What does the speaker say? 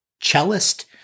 cellist